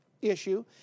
issue